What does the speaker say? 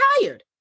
tired